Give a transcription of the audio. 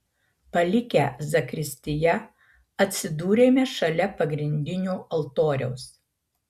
palikę zakristiją atsidūrėme šalia pagrindinio altoriaus